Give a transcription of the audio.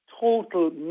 total